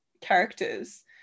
characters